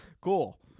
Cool